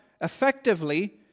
effectively